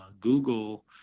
Google